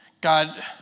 God